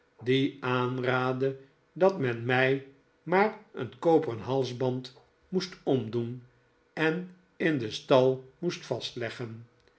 die aanraadde dat men mij maar een koperen halsband moest omdoen en in den stal moest vastleggen